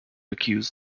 accuse